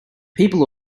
people